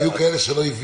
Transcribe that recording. היו כאלה שלא הבינו.